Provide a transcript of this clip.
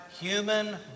human